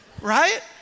Right